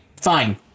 fine